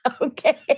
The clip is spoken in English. Okay